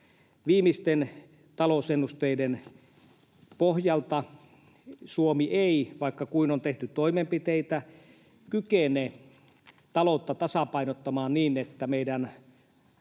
viimeisten talousennusteiden pohjalta Suomi ei — vaikka kuinka on tehty toimenpiteitä — kykene taloutta tasapainottamaan niin, että meidän